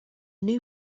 new